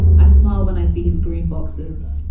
i smile when i see his green boxes,